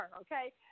Okay